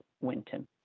Winton